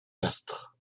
castres